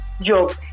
job